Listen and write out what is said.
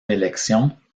élection